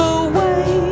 away